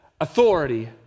authority